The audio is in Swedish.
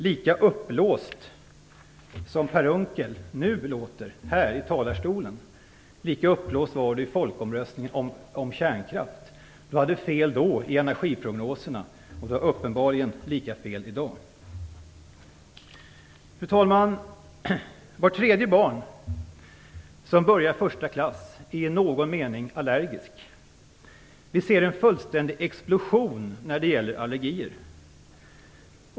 Lika uppblåst som Per Unckel nu låter här i talarstolen lät han i folkomröstningen om kärnkraft. Han hade fel när det gällde energiprognoserna, och han har uppenbarligen lika fel i dag. Fru talman! Vart tredje barn som börjar första klass är i någon mening allergiskt. Vi ser en fullständig explosion när det gäller allergier.